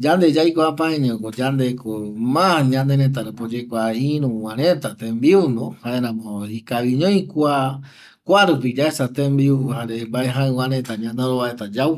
yande yaikua paveñoko yandeko ma ñanerëta rupi oyekua iruva reta tembiuno jaeramo ikaviñoi kua kuarupi yaesa tembiu jare mbae jaƚvareta ñanaro vareta yau